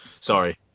sorry